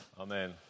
Amen